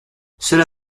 cela